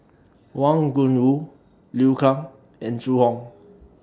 Wang Gungwu Liu Kang and Zhu Hong